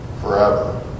forever